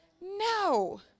No